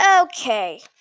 Okay